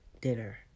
dinner